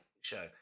show